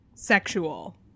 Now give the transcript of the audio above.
Sexual